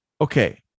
Okay